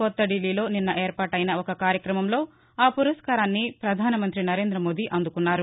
కొత్త ఢిల్లీలో నిన్న ఏర్పాటైన ఒక కార్యక్రమంలో ఆ పురస్కారాన్ని పధాన మంత్రి నరేంద మోదీ అందుకున్నారు